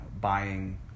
buying